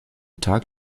tag